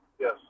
yes